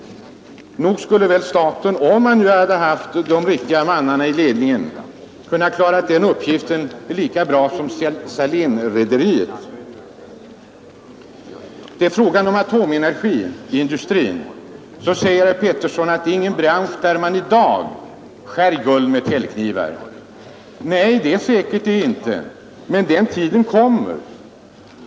Nog skulle väl staten ha kunnat klara uppgifterna där lika bra som Salénrederiet, om man hade haft de rätta männen i ledningen! Beträffande atomenergiindustrin säger herr Pettersson i Lund att det inte är en bransch där man i dag skär guld med täljknivar. Kanske inte. Men den tiden kommer.